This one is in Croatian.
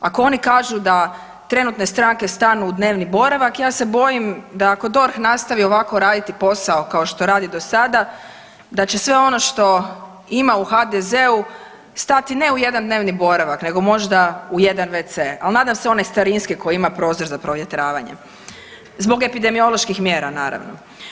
Ako oni kažu da trenutne stranke stanu u dnevni boravak ja se bojim da ako DORH nastavi ovako raditi posao kao što radi do sada da će sve ono što ima u HDZ-u stati ne u jedan dnevni boravak nego možda u jedan wc, al nadam se onaj starinski koji ima prozor za provjetravanje zbog epidemioloških mjera naravno.